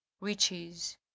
riches